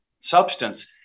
substance